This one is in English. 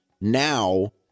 Now